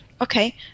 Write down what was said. Okay